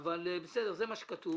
אבל בסדר, כך כתוב.